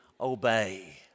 obey